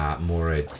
more